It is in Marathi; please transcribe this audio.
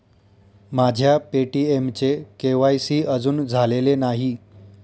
माझ्या पे.टी.एमचे के.वाय.सी अजून झालेले नाही